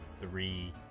three